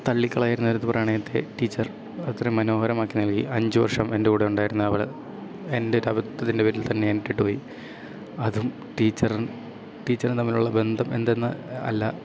തള്ളികളായിരുന്നൊരു പ്രണയത്തെ ടീച്ചർ അത്രയും മനോഹരമാക്കി നൽകി അഞ്ച് വർഷം എൻ്റെ കൂടെയുണ്ടായിരുന്ന അവൾ എൻ്റെ ഒരബദ്ധത്തിൻ്റെ പേരിൽ തന്നെ എന്നെ ഇട്ടിട്ടു പോയി അതും ടീച്ചറും ടീച്ചറും തമ്മിലുള്ള ബന്ധം എന്തെന്ന് അല്ല